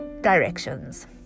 directions